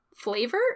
flavor